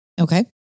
Okay